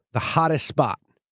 the hottest spot,